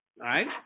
right